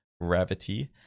gravity